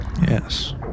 Yes